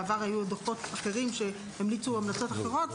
בעבר היו דוחות אחרים שהמליצו המלצות אחרות,